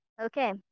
okay